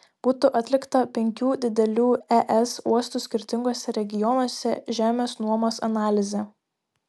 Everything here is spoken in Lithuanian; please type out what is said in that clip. būtų atlikta penkių didelių es uostų skirtinguose regionuose žemės nuomos analizė